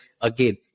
again